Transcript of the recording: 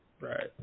Right